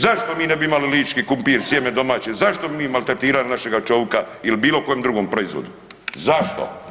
Zašto mi ne bi imali lički kumpir, sjeme domaće, zašto bi mi maltretirali našega čovika ili bilo kojem drugom proizvodu, zašto?